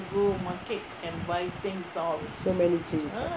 so many things